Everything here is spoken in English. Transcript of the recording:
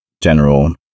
general